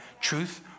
truth